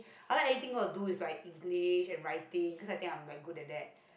I like anything got to do is like English and Writing cause I think I'm like good at that